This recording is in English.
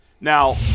Now